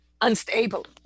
unstable